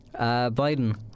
Biden